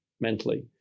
mentally